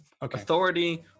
Authority